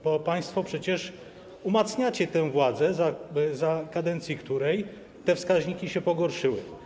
Bo państwo przecież umacniacie tę władzę, za kadencji której te wskaźniki się pogorszyły.